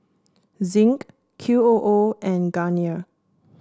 Zinc Q O O and Garnier